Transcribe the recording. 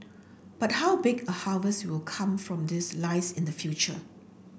but how big a harvest will come from this lies in the future